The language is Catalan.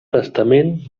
testament